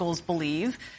believe